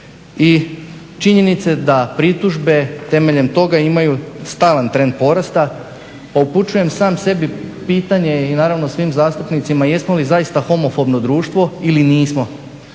i činjenice da pritužbe temeljem toga imaju stalan trend porasta. Upućujem sam sebi pitanje i naravno svim zastupnicima, jesmo li zaista homofobno društvo ili nismo?